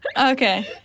Okay